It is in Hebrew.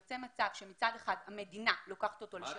יוצא מצב שמצד אחד המדינה לוקחת אותו לשרת בצבא,